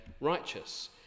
righteous